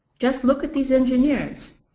just look at these engineers.